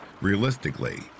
Realistically